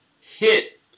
hit